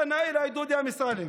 פנה אליי דודי אמסלם